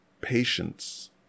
patience